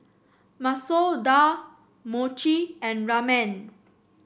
Masoor Dal Mochi and Ramen